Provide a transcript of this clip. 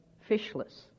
fishless